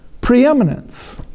preeminence